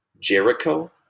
Jericho